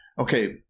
okay